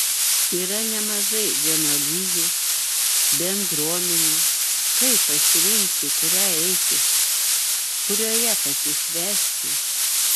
yra nemažai vienuolijų bendruomenių kaip pasirinkti į kurią eiti kurioje pasišvęsti